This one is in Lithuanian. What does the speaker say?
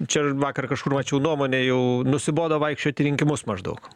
čia vakar kažkur mačiau nuomonę jau nusibodo vaikščiot į rinkimus maždaug